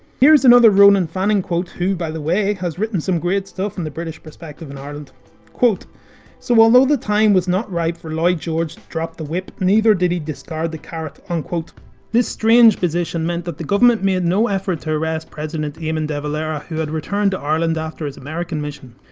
here's another ronan fanning quote who, by the way, has written some great stuff on the british perspective in ireland quote so although the time was not ripe for lloyd george to drop the whip, neither did he discard the carrot. twenty two unquote this strange position meant that the government made no effort to arrest president eamon de valera, who had returned to ireland after his american mission.